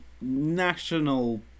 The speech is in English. national